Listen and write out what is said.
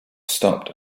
stopped